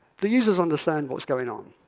the users understand what is going on.